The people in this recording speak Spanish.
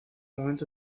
momento